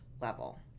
level